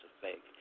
fake